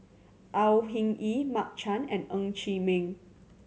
Au Hing Yee Mark Chan and Ng Chee Meng